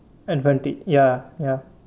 advantage ya ya